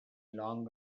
long